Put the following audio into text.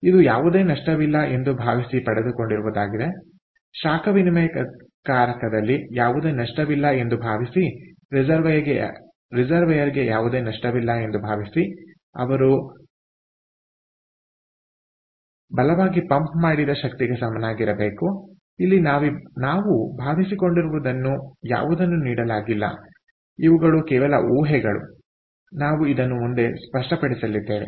ಇದು ಯಾವುದೇ ನಷ್ಟವಿಲ್ಲ ಎಂದು ಭಾವಿಸಿ ಶಾಖ ವಿನಿಮಯಕಾರಕದಲ್ಲಿ ಯಾವುದೇ ನಷ್ಟವಿಲ್ಲ ಎಂದು ಭಾವಿಸಿರಿಸರ್ವೈಯರ್ಗೆ ಯಾವುದೇ ನಷ್ಟವಿಲ್ಲ ಎಂದು ಭಾವಿಸಿ ಅವರು ಬಲವಾಗಿ ಪಂಪ್ ಮಾಡಿದ ಶಕ್ತಿಗೆ ಸಮನಾಗಿರಬೇಕು ಇಲ್ಲಿ ನಾವು ಭಾವಿಸಿಕೊಂಡಿರುವುದನ್ನು ಯಾವುದನ್ನು ನೀಡಲಾಗಿಲ್ಲಇವುಗಳು ಕೇವಲ ಊಹೆಗಳು ನಾವು ಇದನ್ನು ಮುಂದೆ ಸ್ಪಷ್ಟಪಡಿಸಲಿದ್ದೇವೆ